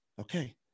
Okay